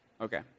Okay